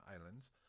islands